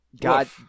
God